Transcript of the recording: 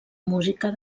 música